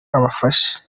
abafashe